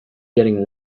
getting